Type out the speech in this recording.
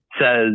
says